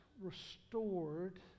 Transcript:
restored